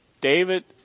David